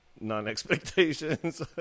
non-expectations